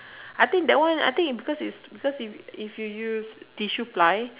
I think that one I think is because is because is if you use tissue ply